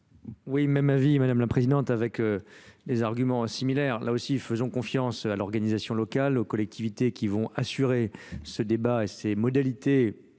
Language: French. Oui, même avis, Mᵐᵉ la Présidente, avec des arguments similaires là aussi, faisons confiance à l'organisation locale, aux collectivités qui vont assurer ce débat et ces modalités